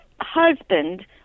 husband